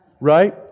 Right